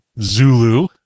zulu